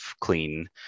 clean